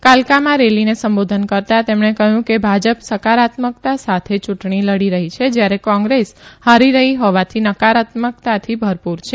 કાલકામાં રેલીને સંબોધતા તેમણે કહ્યું કે ભાજપ સકારાત્મકતા સાથે યુંટણી લડી રહી છે જયારે કોંગ્રેસ હારી રહી હોવાથી નકારાત્મકતાથી ભરપુર છે